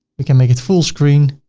we can make it full screen.